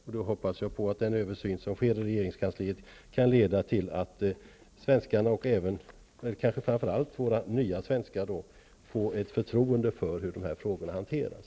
Jag hoppas att den översyn som sker i regeringskansliet kan leda till att svenskarna och kanske framför allt våra nya svenskar får ett förtroende för hur dessa frågor hanteras.